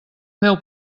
meu